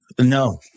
No